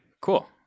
cool